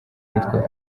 mutwe